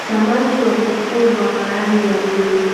Samaki wa kufugwa wa rangi ya bluu,